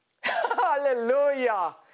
Hallelujah